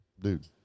dude